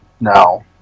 No